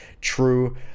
true